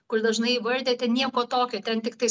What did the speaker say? kur dažnai įvardija ten nieko tokio ten tiktai